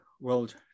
world